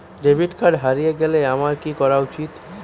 Debit card হারিয়ে গেলে আমার কি করা উচিৎ?